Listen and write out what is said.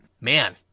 Man